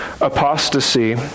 apostasy